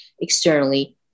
externally